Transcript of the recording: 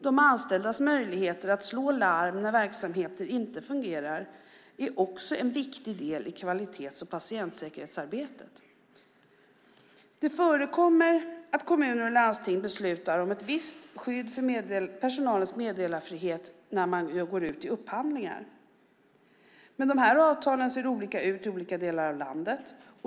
De anställdas möjligheter att slå larm när verksamheter inte fungerar är en viktig del i kvalitets och patientsäkerhetsarbetet. Det förekommer att kommuner och landsting beslutar om ett visst skydd för personalens meddelarfrihet när man går ut i upphandlingar, men avtalen ser olika ut i olika delar av landet.